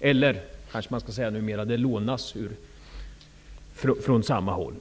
eller vi kanske numera skall säga att det lånas till dem från samma håll.